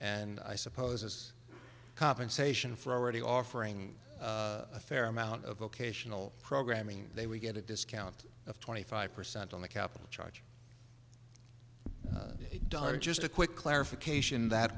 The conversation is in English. and i suppose as compensation for already offering a fair amount of vocational programming they would get a discount of twenty five percent on the capital charge daryn just a quick clarification that